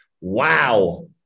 wow